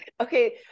Okay